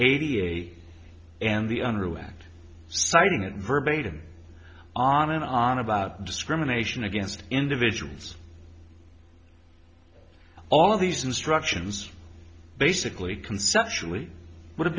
eighty eight and the unruh act citing it verbatim on and on about discrimination against individuals all of these instructions basically conceptually would have